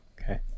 Okay